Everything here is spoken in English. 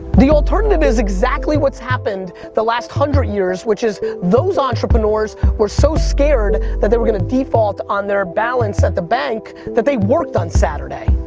the alternative is exactly what's happened the last one hundred years which is those entrepreneurs were so scared that they were going to default on their balance at the bank that they worked on saturday.